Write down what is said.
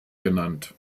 genannt